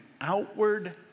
outward